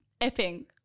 Epping